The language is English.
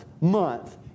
month